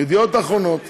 ידיעות אחרונות